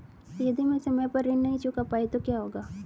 यदि मैं समय पर ऋण नहीं चुका पाई तो क्या होगा?